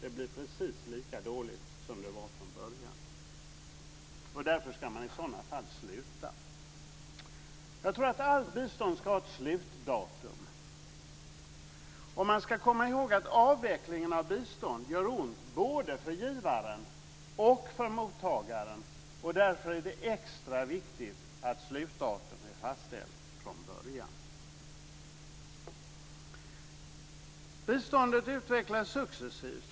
Det blir precis lika dåligt som det var från början. Därför ska man i sådana fall sluta. Jag tror att allt bistånd ska ha ett slutdatum. Man ska komma ihåg att avvecklingen av bistånd gör ont både för givaren och för mottagaren, och därför är det extra viktigt att slutdatum är fastställt från början. Biståndet utvecklas successivt.